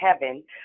heaven